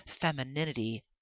femininity